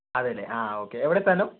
അതെ അല്ലെ ആ ഓക്കെ എവിടെയാണ് സ്ഥലം